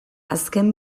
azken